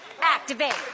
Activate